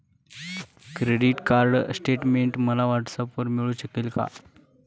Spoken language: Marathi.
क्रेडिट कार्ड स्टेटमेंट मला व्हॉट्सऍपवर मिळू शकेल का?